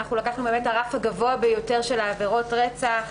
לקחנו את הרף הגבוה ביותר של עבירות הרצח.